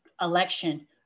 election